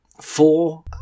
Four